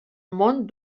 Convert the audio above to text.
món